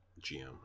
GM